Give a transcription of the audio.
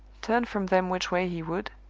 turn from them which way he would,